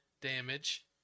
damage